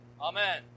Amen